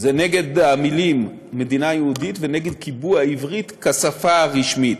זה נגד המילים "מדינה יהודית" ונגד קיבוע העברית כשפה הרשמית.